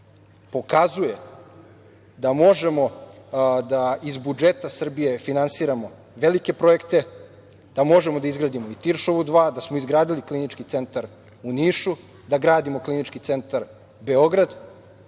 pokazuje da možemo da iz budžeta Srbije finansiramo velike projekte, da možemo da izgradimo i Tiršovu 2, da smo izgradili Klinički centar u Nišu, da gradimo Klinički centar Beograd,